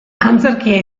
antzerkia